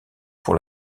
pour